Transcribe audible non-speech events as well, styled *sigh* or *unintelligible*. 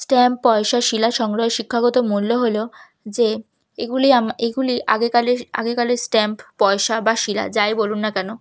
stamp পয়সা শিলা সংগ্রহের শিক্ষাগত মূল্য হল যে এগুলি আম *unintelligible* এইগুলি আগে কালের আগে কালের স্ট্যাম্প পয়সা বা শিলা যাই বলুন না কেন